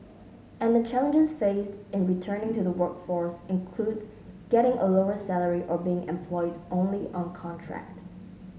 and the challenges faced in returning to the workforce include getting a lower salary or being employed only on contract